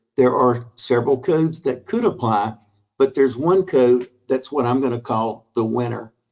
there are several codes that could apply but there's one code that's what i'm gonna call the winner.